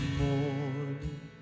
morning